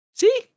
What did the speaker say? See